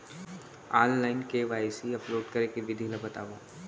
Online KYC upload करे के विधि ला बतावव?